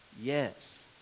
yes